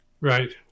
Right